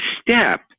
step